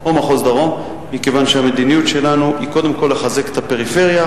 אם כך, הנושא הוסר מסדר-היום.